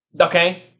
Okay